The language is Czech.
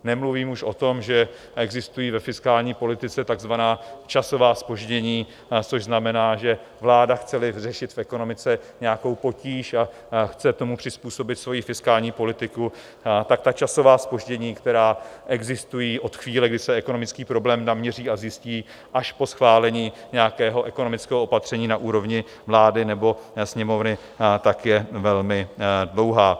Nemluvím už o tom, že existují ve fiskální politice takzvaná časová zpoždění, což znamená, chceli vláda řešit v ekonomice nějakou potíž a chce tomu přizpůsobit svoji fiskální politiku, tak ta časová zpoždění, která existují od chvíle, kdy se ekonomický problém naměří a zjistí, až po schválení nějakého ekonomického opatření na úrovni vlády nebo Sněmovny, je velmi dlouhá.